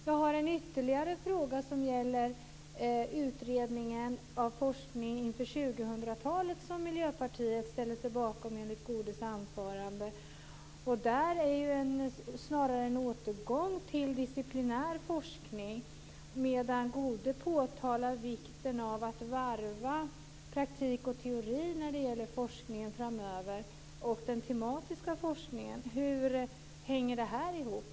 Jag har ytterligare en fråga som gäller utredningen av forskning inför 2000-talet som Miljöpartiet ställer sig bakom, enligt Gunnar Goudes anförande. Där är det snarare en återgång till disciplinär forskning. Gunnar Goude påtalar vikten av att varva praktik och teori när det gäller den tematiska forskningen framöver. Hur hänger detta ihop?